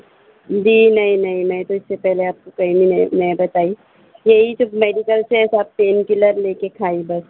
جی نہیں نہیں نہیں نہیں تو اس سے پہلے آپ کو کہیں بھی نہیں نہیں بتائی یہی سب میڈیکل سے سب پین کلر لے کے کھائی بس